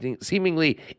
seemingly